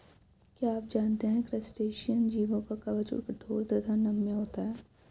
क्या आप जानते है क्रस्टेशियन जीवों का कवच कठोर तथा नम्य होता है?